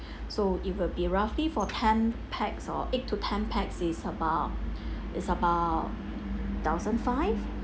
so it will be roughly for ten pax or eight to ten pax is about is about thousand five